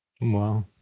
Wow